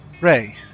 Ray